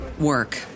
work